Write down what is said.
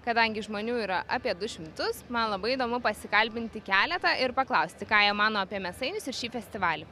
kadangi žmonių yra apie du šimtus man labai įdomu pasikalbinti keletą ir paklausti ką jie mano apie mėsainius ir šį festivalį